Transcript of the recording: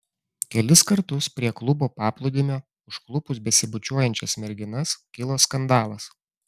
kelis kartus prie klubo paplūdimio užklupus besibučiuojančias merginas kilo skandalas